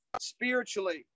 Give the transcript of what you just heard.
spiritually